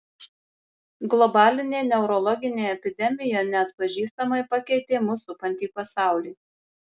globalinė neurologinė epidemija neatpažįstamai pakeitė mus supantį pasaulį